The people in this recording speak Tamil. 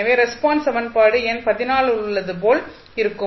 எனவே ரெஸ்பான்ஸ் சமன்பாடு எண் உள்ளது போல இருக்கும்